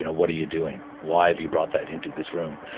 and what are you doing? why have you brought that into this room?